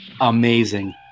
amazing